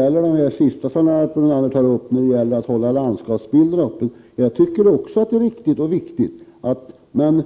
Herr talman! Jag tycker också att det är viktigt att hålla landskapet öppet, men